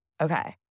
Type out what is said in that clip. Okay